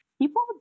People